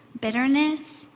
bitterness